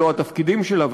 לא התפקידים שלה וכדומה,